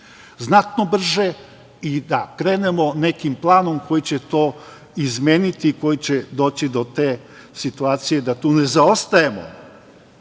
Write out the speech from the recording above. Znatno brže i da krenemo nekim planom koji će to izmeniti i kojim će doći do te situacije da tu ne zaostajemo.